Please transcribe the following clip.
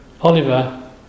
Oliver